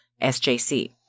SJC